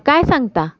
काय सांगता